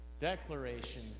declaration